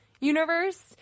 universe